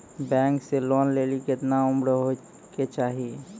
Bank से loan लेली केतना उम्र होय केचाही?